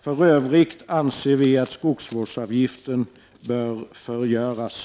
För övrigt anser vi att skogsvårdsavgiften bör förgöras.